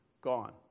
gone